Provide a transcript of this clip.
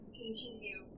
continue